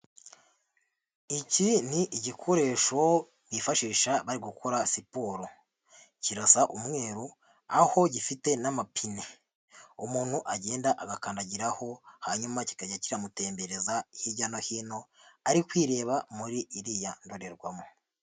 Iki n'igikoresho bifashisha bari gukora siporo, kirasa umweru aho gifite n'amapine umuntu agenda agakandagiraho, hanyuma kikajya kimutembereza hirya no hino ari kwireba muri iriya ndorerwamo.